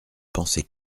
penser